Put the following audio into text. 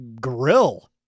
grill